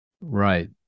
Right